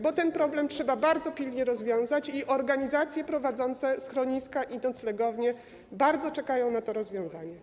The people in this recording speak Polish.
Bo ten problem trzeba bardzo pilnie rozwiązać i organizacje prowadzące schroniska i noclegownie bardzo czekają na to rozwiązanie.